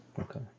Okay